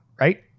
right